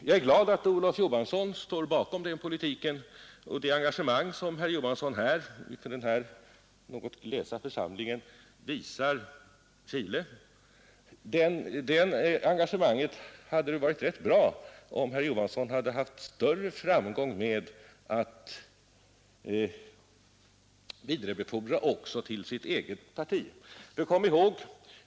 Jag är glad över det engagemang som herr Olof Johansson inför denna något glesa församling visar gentemot Chile. Det hade varit bra om herr Johansson haft större framgång med att förmedla det engagemanget till sitt eget parti.